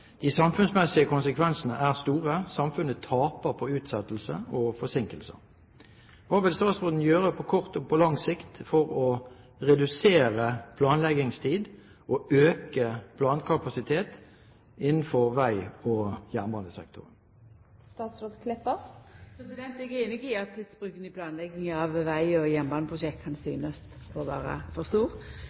De samfunnsmessige konsekvensene er store. Samfunnet taper på utsettelser og forsinkelser. Hva vil statsråden gjøre på kort og på lang sikt for å redusere planleggingstid og øke plankapasiteten innenfor vei- og jernbanesektoren?» Eg er einig i at tidsbruken i planlegginga av veg- og jernbaneprosjekt kan synest å vera for stor.